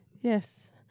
Yes